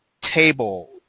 table